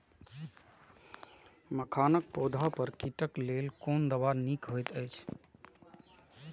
मखानक पौधा पर कीटक लेल कोन दवा निक होयत अछि?